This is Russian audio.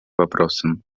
вопросам